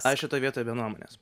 aš šitoj vietoj be nuomonės